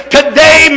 Today